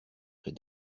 près